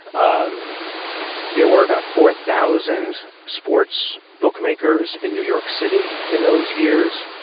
um there were about four thousand sports bookmakers in new york city in those years.